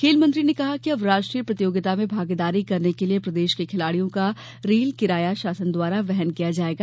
खेल मंत्री ने कहा कि अब राष्ट्रीय प्रतियोगिता में भागीदारी करने के लिये प्रदेश के खिलाड़ियों का रेल किराया शासन द्वारा वहन किया जायेगा